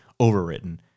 overwritten